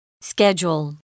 Schedule